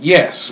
Yes